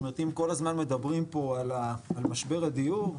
זאת אומרת, אם כל הזמן מדברים כאן על משבר הדיור,